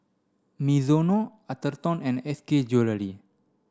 Mizuno Atherton and S K Jewellery